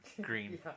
green